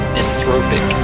anthropic